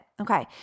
Okay